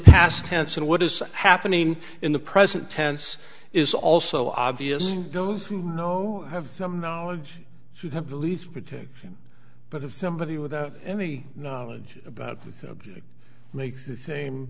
past tense and what is happening in the present tense is also obvious those who know have some knowledge should have the least protected but if somebody without any knowledge about the subject makes